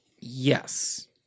yes